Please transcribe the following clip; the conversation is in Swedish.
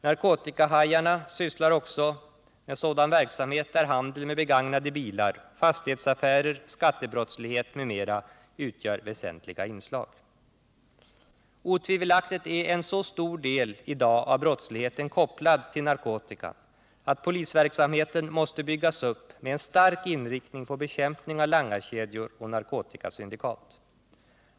Narkotikahajarna sysslar också med sådan verksamhet där handel med begagnade bilar, fastighetsaffärer, skattebrottslighet m.m. utgör väsentliga inslag. Otvivelaktigt är en så stor del i dag av brottsligheten kopplad till narkotika att polisverksamheten måste byggas upp med en stark inriktning på bekämpning av langarkedjor och narkotikasyndikat.